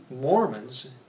Mormons